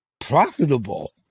profitable